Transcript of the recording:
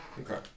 okay